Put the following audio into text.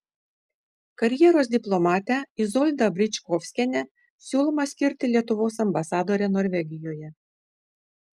karjeros diplomatę izoldą bričkovskienę siūloma skirti lietuvos ambasadore norvegijoje